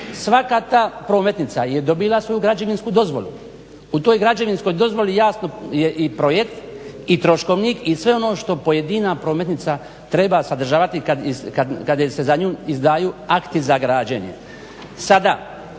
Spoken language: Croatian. svaka ta prometnica je dobila svoju građevinsku dozvolu. U toj građevinskoj dozvoli jasno je i projekt i troškovnik i sve ono što pojedina prometnica treba sadržavati kada se za nju izdaju akti za građenje.